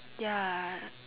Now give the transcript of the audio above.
ya